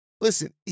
listen